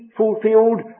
fulfilled